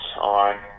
on